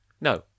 No